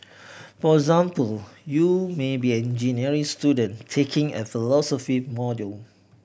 for example you may be an engineering student taking a philosophy module